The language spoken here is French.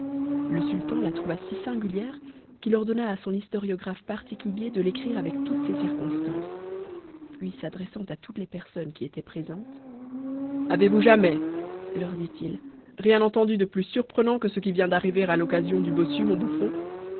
le sultan la trouva si singulière qu'il ordonna à son historiographe particulier de l'écrire avec toutes ses circonstances puis s'adressant à toutes les personnes qui étaient présentes avezvous jamais leur dit-il rien entendu de plus surprenant que ce qui vient d'arriver à l'occasion du bossu mon bouffon